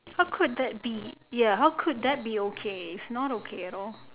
how could that be ya how could that be okay it's not okay at all